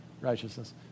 righteousness